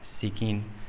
seeking